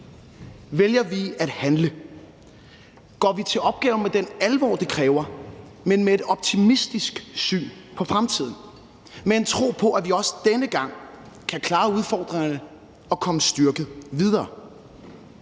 vælger vi at handle, går vi til opgaven med den alvor, det kræver, men med et optimistisk syn på fremtiden, med en tro på, at vi også denne gang kan klare udfordringerne og komme styrket videre?